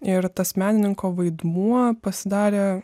ir tas menininko vaidmuo pasidarė